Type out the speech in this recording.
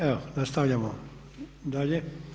Evo nastavljamo dalje.